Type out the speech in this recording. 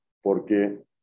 porque